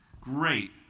Great